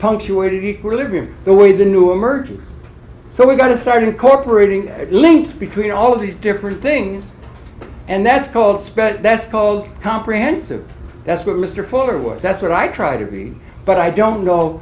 punctuated equilibrium the way the new emerging so we're going to start incorporating links between all of these different things and that's called spread that's called comprehensive that's what mr fuller was that's what i try to be but i don't know